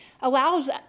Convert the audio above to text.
allows